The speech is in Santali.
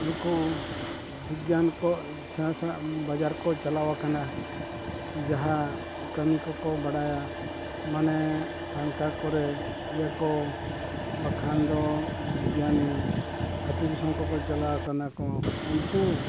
ᱱᱩᱠᱩ ᱵᱤᱜᱽᱜᱟᱱ ᱠᱚ ᱥᱮᱬᱟᱼᱥᱮᱬᱟᱣᱟᱜ ᱵᱟᱡᱟᱨ ᱠᱚ ᱪᱟᱞᱟᱣ ᱟᱠᱟᱱᱟ ᱡᱟᱦᱟᱸ ᱠᱟᱹᱢᱤ ᱠᱚᱠᱚ ᱵᱟᱰᱟᱭᱟ ᱢᱟᱱᱮ ᱯᱟᱝᱠᱷᱟ ᱠᱚᱨᱮ ᱤᱭᱟᱹ ᱠᱚ ᱵᱟᱠᱷᱟᱱ ᱫᱚ ᱵᱤᱜᱽᱜᱟᱱᱤ ᱟᱛᱳᱼᱫᱤᱥᱚᱢ ᱠᱷᱚᱱ ᱠᱚ ᱪᱟᱞᱟᱣ ᱟᱠᱟᱱᱟ ᱠᱚ ᱩᱱᱠᱩ